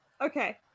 Okay